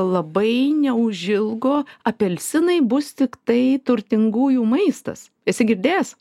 labai neužilgo apelsinai bus tiktai turtingųjų maistas esi girdėjęs